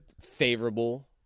favorable